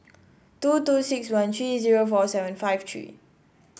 two two six one three zero four seven five three